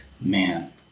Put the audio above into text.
man